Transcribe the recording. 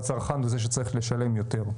הצרכן הוא זה שצריחך לשלם יותר.